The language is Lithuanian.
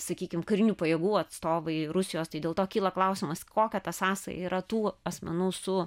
sakykim karinių pajėgų atstovai rusijos tai dėl to kyla klausimas kokia ta sąsaja yra tų asmenų su